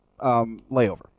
layover